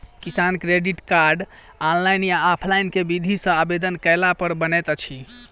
किसान credit card, online या offline केँ विधि सँ आवेदन कैला पर बनैत अछि?